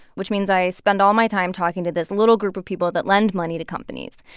which means i spend all my time talking to this little group of people that lend money to companies.